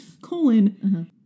Colon